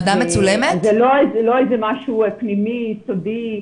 זה לא משהו פנימי סודי.